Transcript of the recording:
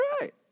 right